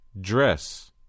dress